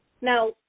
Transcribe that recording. Now